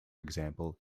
example